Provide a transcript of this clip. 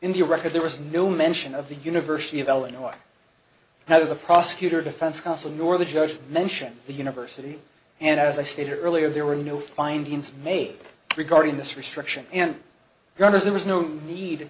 in the record there was no mention of the university of illinois now the prosecutor defense counsel nor the judge mention the university and as i stated earlier there were no findings made regarding this restriction and garners there was no need